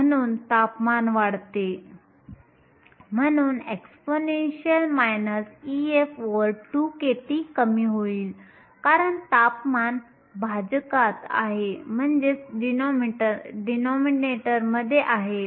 म्हणून तापमान वाढते म्हणून exp Ef2kT कमी होईल कारण तापमान भाजकात आहे